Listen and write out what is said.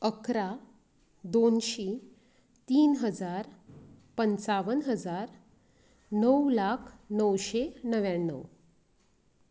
अकरा दोनशीं तीन हजार पंचावन हजार णव लाख णवशें णव्व्याणव